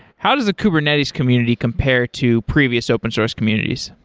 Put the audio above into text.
how does the kubernetes community compare to previous open source communities?